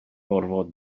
gorfod